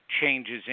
changes